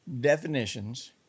definitions